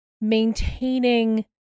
maintaining